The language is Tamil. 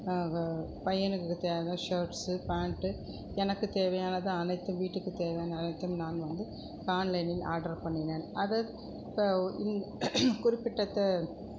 பையனுக்கு தேவையான ஷேர்ட்ஸ்சு பேண்ட்டு எனக்கு தேவையானது அனைத்தும் வீட்டுக்கு தேவையான அனைத்தும் நான் வந்து ஆன்லைனில் ஆட்ரு பண்ணினேன் அது இப்போ குறிப்பிட்ட தோ